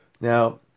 Now